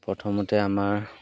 প্ৰথমতে আমাৰ